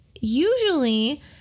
usually